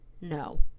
No